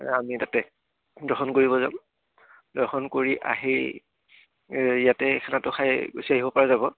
আমি তাতে দৰ্শন কৰিব যাম দৰ্শন কৰি আহি ইয়াতে খানাটো খাই গুছি আহিব পৰা যাব